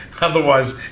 otherwise